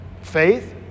Faith